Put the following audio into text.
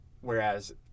whereas